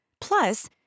Plus